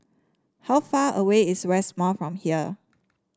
how far away is West Mall from here